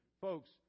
Folks